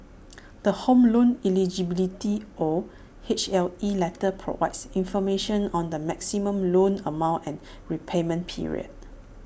the home loan eligibility or H L E letter provides information on the maximum loan amount and repayment period